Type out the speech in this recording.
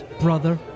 brother